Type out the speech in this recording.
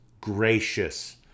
gracious